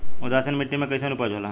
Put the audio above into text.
उदासीन मिट्टी में कईसन उपज होला?